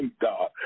God